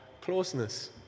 closeness